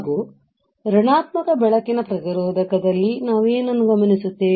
ಹಾಗೂ ಋಣಾತ್ಮಕ ಬೆಳಕಿನ ಪ್ರತಿರೋಧಕದಲ್ಲಿ ನಾವು ಏನನ್ನು ಗಮನಿಸುತ್ತೇವೆ